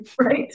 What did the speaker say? right